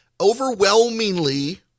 overwhelmingly